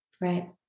Right